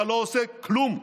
אתה לא עושה כלום.